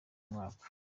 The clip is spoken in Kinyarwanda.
mwaka